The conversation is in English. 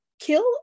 Kill